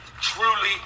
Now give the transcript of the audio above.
Truly